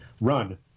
run